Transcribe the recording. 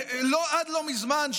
עד לא מזמן,